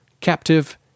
Captive